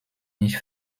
nicht